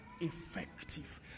effective